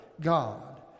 God